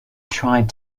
tried